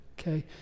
okay